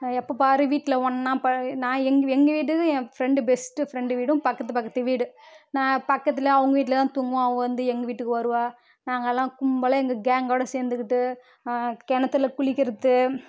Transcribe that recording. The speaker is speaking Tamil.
எப்போ பாரு வீட்டில் ஒன்னாக நான் எங்கள் எங்கள் வீட்டுக்கும் என் ஃபிரண்டு பெஸ்ட் ஃபிரண்டு வீடும் பக்கத்து பக்கத்து வீடு நான் பக்கத்தில் அவங்க வீட்டில் தான் தூங்குவேன் அவங்க வந்து எங்கள் வீட்டுக்கு வருவாள் நாங்கலாம் கும்பலாக எங்கள் கேங்கோடு சேர்ந்து கிட்டு கிணத்துல குளிக்கிறது